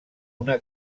una